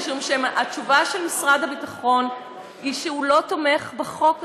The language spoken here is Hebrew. משום שהתשובה של משרד הביטחון היא שהוא לא תומך בחוק הזה.